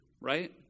right